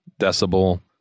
Decibel